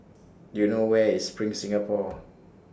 Do YOU know Where IS SPRING Singapore